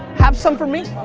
have some for me.